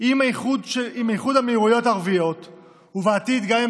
עם איחוד האמירויות הערביות ובעתיד גם עם